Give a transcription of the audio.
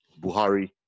Buhari